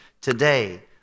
Today